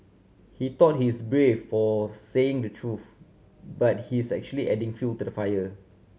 he thought he's brave for saying the truth but he's actually adding fuel to the fire